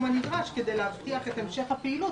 הנדרש כדי להבטיח את המשך הפעילות,